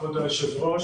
כבוד היושב-ראש,